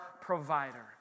provider